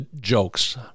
jokes